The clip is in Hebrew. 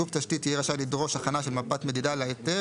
גוף תשתית יהיה רשאי לדרוש הכנה של מפת מדידה להיתר,